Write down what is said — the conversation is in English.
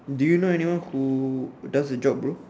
do you know anyone who does the job bro